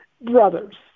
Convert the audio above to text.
brothers